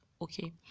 Okay